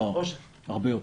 לא, הרבה יותר.